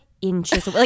inches